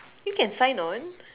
you can sign on